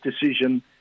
decision